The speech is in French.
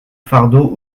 fardeau